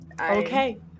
Okay